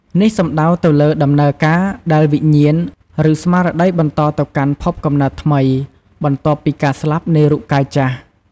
នេះសំដៅទៅលើដំណើរការដែលវិញ្ញាណ ឬស្មារតីបន្តទៅកាន់ភពកំណើតថ្មី បន្ទាប់ពីការស្លាប់នៃរូបកាយចាស់។